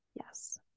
Yes